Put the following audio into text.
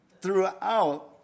Throughout